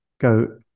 go